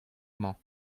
mañ